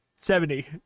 Seventy